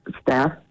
staff